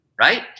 right